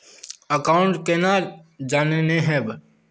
Account केना जाननेहव?